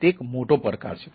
તે એક મોટો પડકાર છે